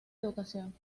educación